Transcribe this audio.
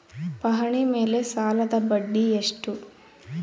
ಪಹಣಿ ಮೇಲೆ ಸಾಲದ ಬಡ್ಡಿ ಎಷ್ಟು?